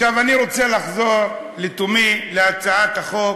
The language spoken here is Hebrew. עכשיו אני רוצה לחזור לתומי להצעת החוק